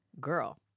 Girl